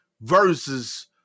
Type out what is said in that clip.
versus